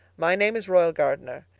my name is royal gardner.